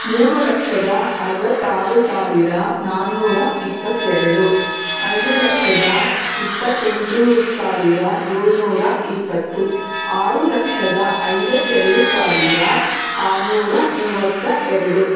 ಮೂರು ಲಕ್ಷದ ಅರ್ವತ್ತಾರು ಸಾವಿರ ನಾನ್ನೂರ ಇಪ್ಪತ್ತೆರಡು ಐದು ಲಕ್ಷದ ಇಪ್ಪತ್ತೆಂಟು ಸಾವಿರ ಏಳ್ನೂರ ಇಪ್ಪತ್ತು ಆರು ಲಕ್ಷದ ಐವತ್ತೆರಡು ಸಾವಿರ ಆರ್ನೂರ ಮೂವತ್ತ ಎರಡು